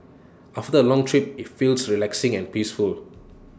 after A long trip IT feels relaxing and peaceful